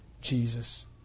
Jesus